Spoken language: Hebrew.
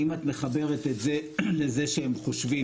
אם את מחברת את זה לזה שהם חושבים,